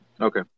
Okay